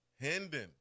Hendon